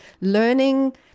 learning